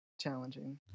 challenging